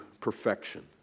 perfection